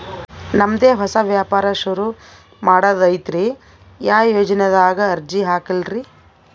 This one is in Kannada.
ನಮ್ ದೆ ಹೊಸಾ ವ್ಯಾಪಾರ ಸುರು ಮಾಡದೈತ್ರಿ, ಯಾ ಯೊಜನಾದಾಗ ಅರ್ಜಿ ಹಾಕ್ಲಿ ರಿ?